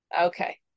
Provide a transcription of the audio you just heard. Okay